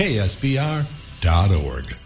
ksbr.org